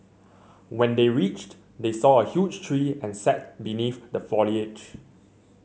when they reached they saw a huge tree and sat beneath the foliage